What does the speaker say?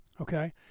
okay